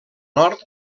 nord